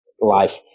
life